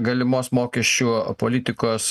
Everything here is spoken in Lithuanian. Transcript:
galimos mokesčių politikos